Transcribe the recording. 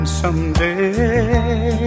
someday